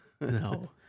no